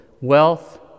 wealth